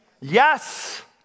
Yes